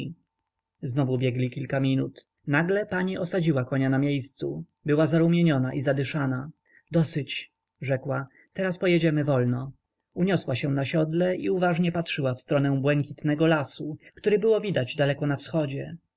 znowu biegli kilka minut nagle pani osadziła konia na miejscu była zarumieniona i zadyszana dosyć rzekła teraz pojedziemy wolno uniosła się na siodle i uważnie patrzyła w stronę błękitnego lasu który było widać daleko na wschodzie